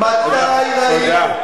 מתי ראינו?